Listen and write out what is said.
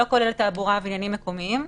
לא כולל תעבורה ועניינים מקומיים.